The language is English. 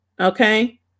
okay